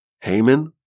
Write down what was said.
Haman